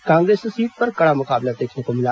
Kanker seat पर कड़ा मुकाबला देखने को मिला